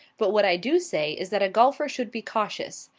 but what i do say is that a golfer should be cautious.